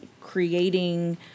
creating